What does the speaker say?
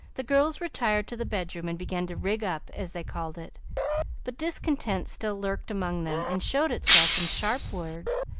the girls retired to the bedroom and began to rig up, as they called it but discontent still lurked among them, and showed itself in sharp words,